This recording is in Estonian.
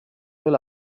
üle